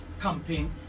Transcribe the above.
campaign